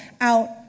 out